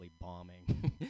bombing